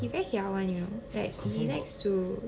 he very hiao [one] you know like he likes to